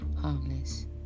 harmless